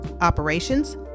operations